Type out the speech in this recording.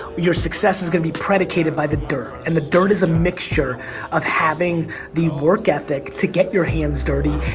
your success is going to be predicated by the dirt. and, the dirt is a mixture of having the work ethic to get your hands dirty,